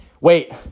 wait